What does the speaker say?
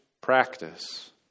practice